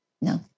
No